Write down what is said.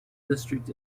district